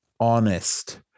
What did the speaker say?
honest